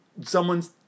Someone's